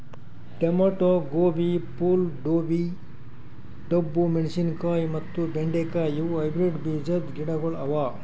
tomato, ಗೋಬಿ, ಫೂಲ್ ಗೋಬಿ, ಡಬ್ಬು ಮೆಣಶಿನಕಾಯಿ ಮತ್ತ ಬೆಂಡೆ ಕಾಯಿ ಇವು ಹೈಬ್ರಿಡ್ ಬೀಜದ್ ಗಿಡಗೊಳ್ ಅವಾ